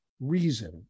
reason